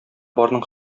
барның